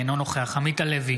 אינו נוכח עמית הלוי,